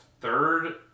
third